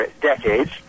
decades